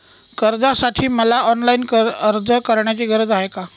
कर्जासाठी मला ऑनलाईन अर्ज करण्याची गरज आहे का?